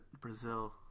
Brazil